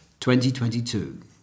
2022